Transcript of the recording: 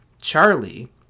Charlie